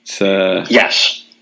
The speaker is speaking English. Yes